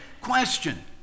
question